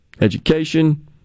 Education